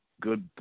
good